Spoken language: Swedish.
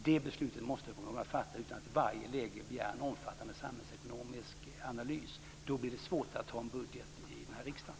Det beslutet måste man kunna fatta utan att i varje läge begära en omfattande samhällsekonomisk analys. Då blir det svårt att anta en budget i den här riksdagen.